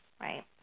right